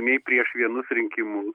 nei prieš vienus rinkimus